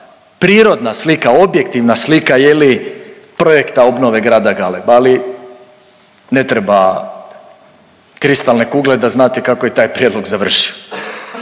prirodna slika, objektivna slika, je li, projekta obnove grada Galeb, ali ne treba kristalne kugle da znate kako je taj prijedlog završio.